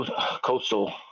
coastal